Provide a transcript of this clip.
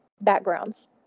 backgrounds